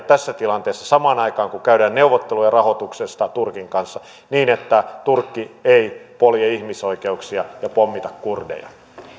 tässä tilanteessa samaan aikaan kun käydään neuvotteluja rahoituksesta turkin kanssa niin että turkki ei polje ihmisoikeuksia ja pommita kurdeja